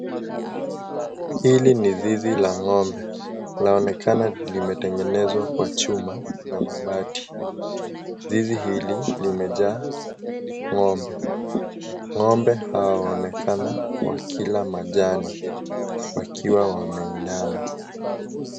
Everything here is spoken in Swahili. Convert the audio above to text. Hili ni zizi la ngombe laonekana limetengenezwa kwa chuma na mabati. Zizi hili limejaa ngombe. Ngombe hawa wanaonekana wakila majani wakiwa wameinama.